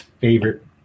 favorite